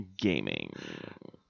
gaming